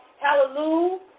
Hallelujah